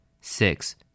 six